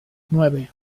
nueve